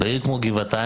בעיר כמו גבעתיים,